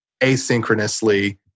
asynchronously